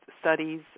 studies